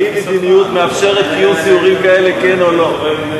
האם המדיניות מאפשרת קיום סיורים כאלה, כן או לא?